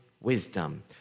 wisdom